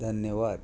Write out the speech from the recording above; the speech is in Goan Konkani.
धन्यवाद